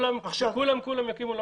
שכולם יקימו?